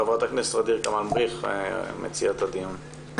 חברת הכנסת ע'דיר כמאל מריח, מציעת הדיון,